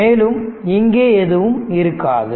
மேலும் இங்கே எதுவும் இருக்காது